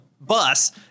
bus